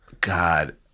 God